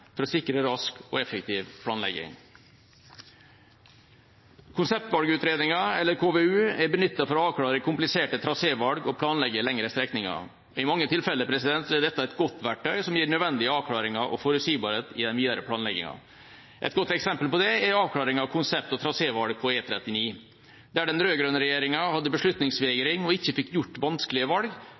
for å sikre rask og effektiv planlegging. Konseptvalgutredninger, eller KVU-er, er benyttet for å avklare kompliserte trasévalg og planlegge lengre strekninger. I mange tilfeller er dette et godt verktøy, som gir nødvendige avklaringer og forutsigbarhet i den videre planleggingen. Et godt eksempel på det er avklaringen av konsept- og trasévalg på E39. Der den rød-grønne regjeringa hadde beslutningsvegring og ikke fikk gjort vanskelige valg,